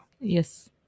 Yes